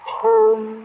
home